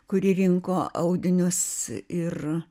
kuri rinko audinius ir